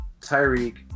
Tyreek